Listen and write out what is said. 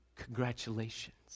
congratulations